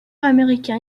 américain